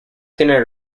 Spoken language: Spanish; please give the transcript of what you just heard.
tiene